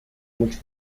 mucho